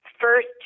first